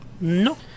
No